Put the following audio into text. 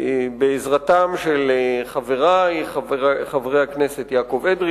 בעזרתם של חברי חברי הכנסת יעקב אדרי